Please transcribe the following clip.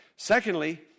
Secondly